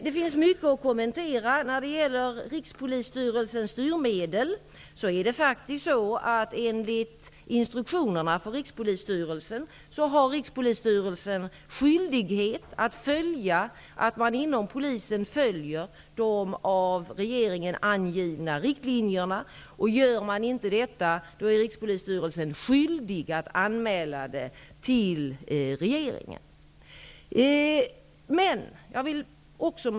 Det finns mycket att kommentera när det gäller Rikspolisstyrelsens instruktioner har man skyldighet att kontrollera att polisen följer de av regeringen angivna riktlinjerna. Gör polisen inte detta är Rikspolisstyrelsen skyldig att anmäla det till regeringen.